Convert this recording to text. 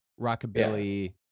rockabilly